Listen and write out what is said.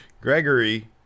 Gregory